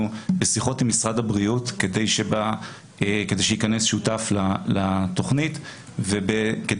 בשיחות עם משרד הבריאות כדי שייכנס שותף לתכנית וכדי